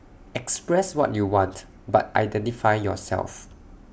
express what you want but identify yourself